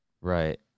right